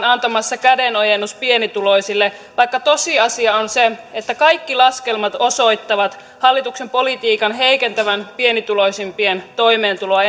antamassa kädenojennus pienituloisille vaikka tosiasia on se että kaikki laskelmat osoittavat hallituksen politiikan heikentävän pienituloisimpien toimeentuloa